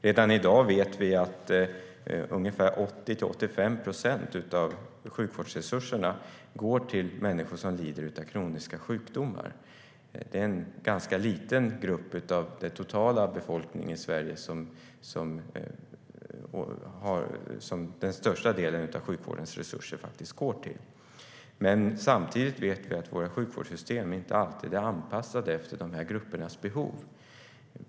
Redan i dag vet vi att ungefär 80-85 procent av sjukvårdsresurserna går till människor som lider av kroniska sjukdomar. Det är en ganska liten grupp av den totala befolkningen i Sverige som den största delen av sjukvårdens resurser faktiskt går till. Samtidigt vet vi att våra sjukvårdssystem inte alltid är anpassade efter de här gruppernas behov.